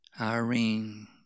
Irene